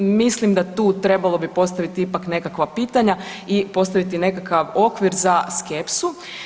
Mislim da tu trebalo bi postaviti ipak nekakva pitanja i postaviti nekakav okvir za skepsu.